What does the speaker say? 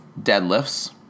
deadlifts